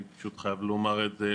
הייתי פשוט חייב לומר את זה,